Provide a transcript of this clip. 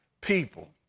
people